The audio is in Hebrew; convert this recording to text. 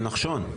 של נחשון.